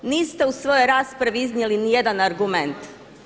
Niste u svojoj raspravi iznijeli ni jedan agrument.